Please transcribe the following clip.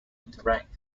interact